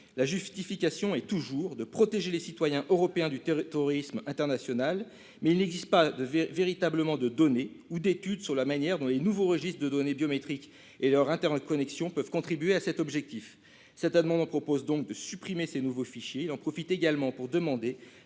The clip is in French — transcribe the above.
La justification est toujours de « protéger les citoyens européens du terrorisme international », mais il n'existe pas véritablement de données ou d'étude sur la manière dont les nouveaux registres de données biométriques et leur interconnexion peuvent contribuer à cet objectif. L'amendement vise donc à supprimer ces nouveaux fichiers et à demander